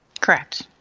Correct